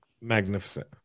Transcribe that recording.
magnificent